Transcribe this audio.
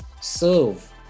serve